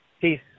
peace